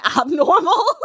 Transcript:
abnormal